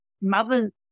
mothers